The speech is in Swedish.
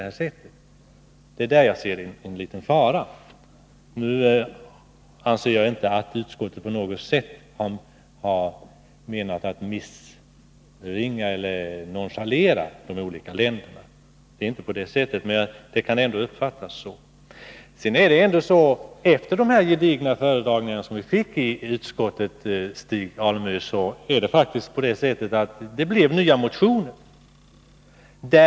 Därmed inte sagt att utskottet på något sätt har avsett att förringa eller nonchalera de olika länderna, men agerandet kan uppfattas på det sättet. Efter föredragningarna i utskottet, Stig Alemyr, har vi emellertid väckt nya motioner.